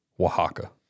Oaxaca